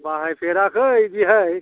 बाहाय फेराखै बेहाय